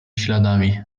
śladami